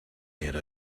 made